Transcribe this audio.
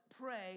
pray